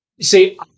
See